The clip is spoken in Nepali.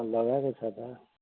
लगाएको छ त